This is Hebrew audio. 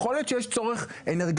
יכול להיות שיש צורך אנרגטי,